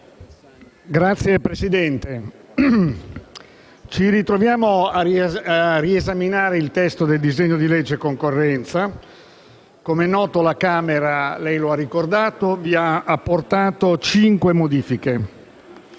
Signor Presidente, ci troviamo a riesaminare il testo del disegno di legge sulla concorrenza perché, come è noto, la Camera - lei lo ha ricordato - ha apportato cinque modifiche.